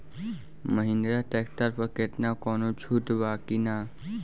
Mahindra tractor पर केतना कौनो छूट बा कि ना?